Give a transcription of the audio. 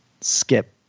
skip